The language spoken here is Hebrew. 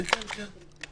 כן, כן.